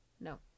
no